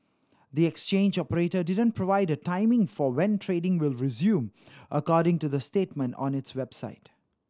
the exchange operator didn't provide a timing for when trading will resume according to the statement on its website